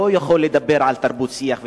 לא יכול לדבר על תרבות שיח ודיאלוג.